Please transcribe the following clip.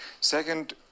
second